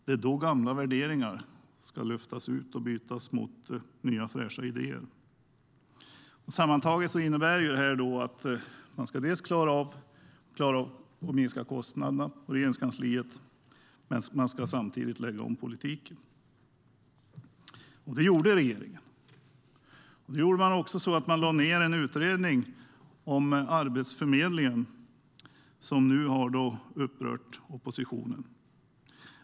Det är då gamla värderingar ska lyftas ut och bytas mot nya, fräscha idéer. Det gjorde regeringen och lade också ned en utredning om Arbetsförmedlingen, vilket nu har upprört oppositionen.